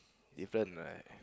different right